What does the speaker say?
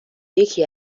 یکی